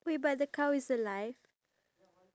ya montigo